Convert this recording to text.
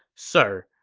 sir,